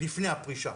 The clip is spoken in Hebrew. לפני הפרישה,